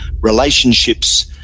Relationships